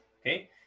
okay